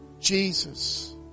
Jesus